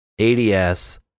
ADS